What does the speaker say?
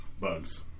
bugs